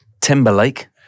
Timberlake